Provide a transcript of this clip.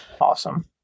Awesome